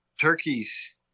turkeys